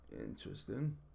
interesting